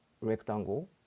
rectangle